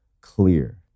clear